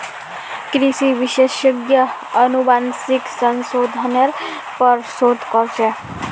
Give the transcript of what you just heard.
कृषि विशेषज्ञ अनुवांशिक संशोधनेर पर शोध कर छेक